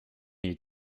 need